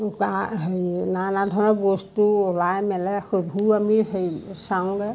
হেৰি নানা ধৰণৰ বস্তু ওলাই মেলে সেইবোৰো আমি হেৰি চাওঁগৈ